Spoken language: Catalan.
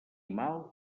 mal